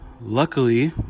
luckily